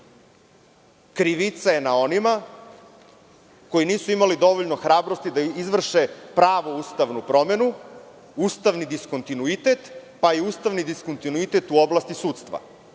krivica je na onima koji nisu imali dovoljno hrabrosti da izvrše pravu ustavnu promenu, ustavni diskontinuitet, pa i ustavni diskontinuitet u oblasti sudstva